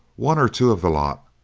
one or two of the lot,